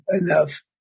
enough